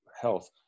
health